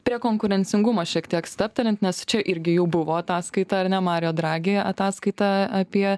prie konkurencingumo šiek tiek stabtelint nes čia irgi jau buvo ataskaita ar ne mario dragi ataskaita apie